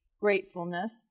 gratefulness